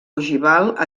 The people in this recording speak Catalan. ogival